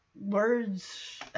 words